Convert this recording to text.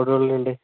ഉണ്ട്